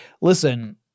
listen